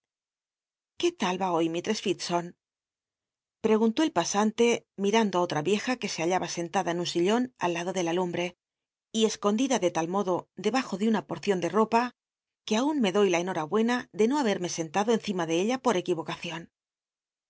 qué tal va hoy mistress fibbitson preguntó el pasante mirando á otra vieja que se hallaba sentada en un sillon al lado de la lu mbre y escondida de tal modo debajo de una porcion de ro a que aun me doy la enhorabuena de no habenne sentado encima de ella por ec